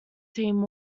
team